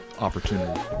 opportunity